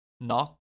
Knock